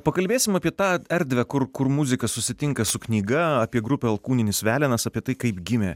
pakalbėsim apie tą erdvę kur kur muzika susitinka su knyga apie grupę alkūninis velenas apie tai kaip gimė